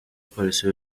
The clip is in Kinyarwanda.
polisi